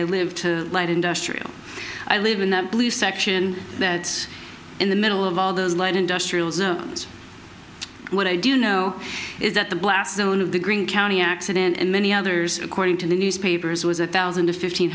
i live to light industrial i live in that blue section that's in the middle of all those light industrial zones what i do know is that the blast zone of the green county accident and many others according to the newspapers was a thousand or fifteen